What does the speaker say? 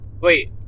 wait